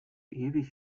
ewig